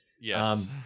Yes